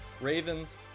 Ravens